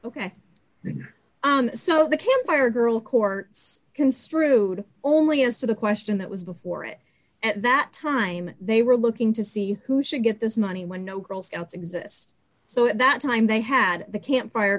ok so the campfire girl courts construed only as to the question that was before it at that time they were looking to see who should get this money when no girl scouts exist so at that time they had the camp fire